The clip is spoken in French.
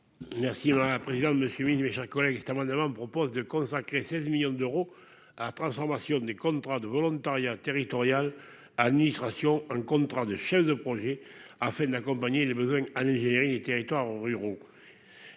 Merci ma président suis mis mes chers collègues, cet amendement propose de consacrer 16 millions d'euros à la transformation des contrats de volontariat territoriale administration un contrat de chef de projet afin d'accompagner les besoins à l'ingénierie des territoires ruraux,